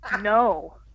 no